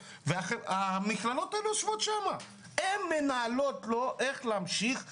והמכללות מנהלות לו איך להמשיך להכשיר.